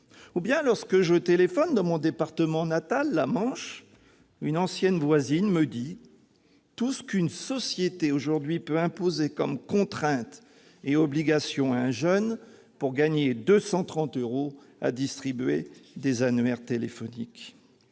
exemple, lorsque je téléphone dans mon département natal, la Manche, une ancienne voisine me dit tout ce qu'une société peut aujourd'hui imposer comme contraintes et obligations à un jeune pour gagner 230 euros à distribuer des annuaires téléphoniques !